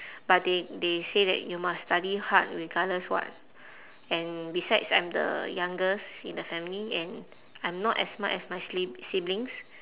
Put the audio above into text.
but they they say that you must study hard regardless what and besides I'm the youngest in the family and I'm not as smart as my sib~ siblings